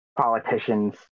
politicians